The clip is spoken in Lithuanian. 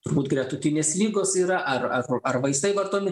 turbūt gretutinės ligos yra ar ar ar vaistai vartojami